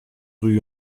rue